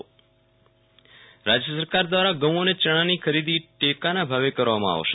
વિરલ રાણા ખરીદી રાજ્ય સરકાર દ્વારા ઘઉ અને ચણાની ખરીદી ટેકાન ાભાવે કરવામાં આવશે